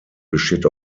besteht